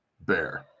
Bear